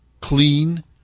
clean